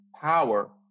power